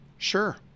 Sure